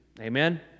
Amen